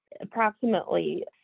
Approximately